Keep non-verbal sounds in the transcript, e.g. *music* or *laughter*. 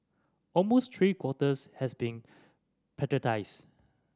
almost three quarters has been *unintelligible*